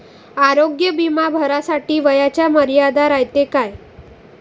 आरोग्य बिमा भरासाठी वयाची मर्यादा रायते काय?